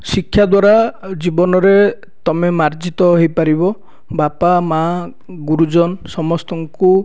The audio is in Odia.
ଶିକ୍ଷାଦ୍ଵାରା ଆଉ ଜୀବନରେ ତମେ ମାର୍ଜିତ ହୋଇପାରିବ ବାପା ମା ଗୁରୁଜନ ସମସ୍ତଙ୍କୁ